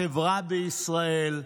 לחברה בישראל,